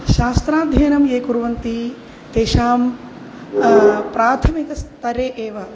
शास्त्राध्ययनं ये कुर्वन्ति तेषां प्राथमिकस्तरे एव